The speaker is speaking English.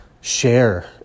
share